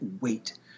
wait